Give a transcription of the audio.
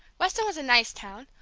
weston was a nice town,